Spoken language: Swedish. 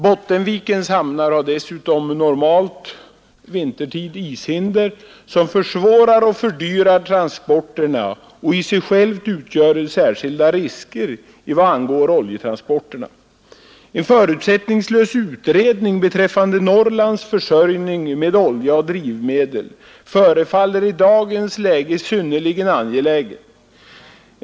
Bottenvikens hamnar har dessutom normalt vintertid ishinder som försvårar och fördyrar transporterna och i sig självt utgör en särskild risk i vad angår oljetransporterna. En förutsättningslös utredning beträffande Norrlands försörjning med olja och drivmedel förefaller i dagens läge synnerligen angelägen.